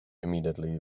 immediately